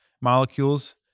molecules